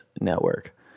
network